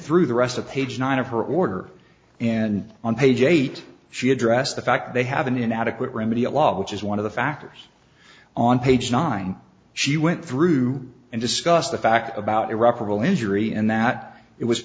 through the rest of page nine of her order and on page eight she addressed the fact they have an inadequate remedy a law which is one of the factors on page nine she went through and discussed the fact about irreparable injury and that it was